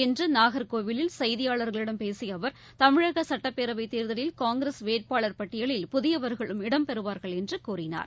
இன்று நாகர்கோவிலில் செய்தியாளர்களிடம் பேசிய அவர் தமிழக சட்டப்பேரவைத் தேர்தலில் காங்கிரஸ் வேட்பாளர் பட்டியலில் புதியவர்களும் இடம்பெறுவார்கள் என்று கூறினார்